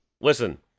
Listen